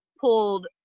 pulled